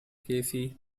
casey